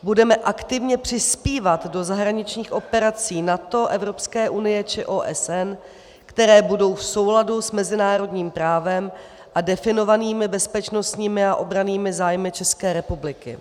Budeme aktivně přispívat do zahraničních operací NATO, Evropské unie či OSN, které budou v souladu s mezinárodním právem a definovanými bezpečnostními a obrannými zájmy České republiky.